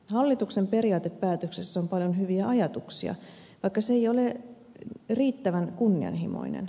hallituksen periaatepäätöksessä on paljon hyviä ajatuksia vaikka se ei ole riittävän kunnianhimoinen